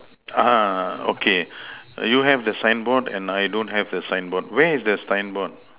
ah okay you have the sign board and I don't have the sign board where is the sign board